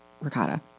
ricotta